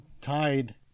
Tide